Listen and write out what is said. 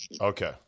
Okay